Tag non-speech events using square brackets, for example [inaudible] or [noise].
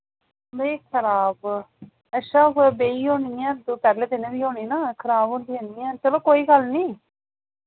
नेईं खराब अच्छा कुतै बेही होनी ऐ पैह्ले दिने दी होनी ना खराब [unintelligible] चलो कोई गल्ल नी